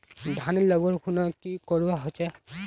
धानेर लगवार खुना की करवा होचे?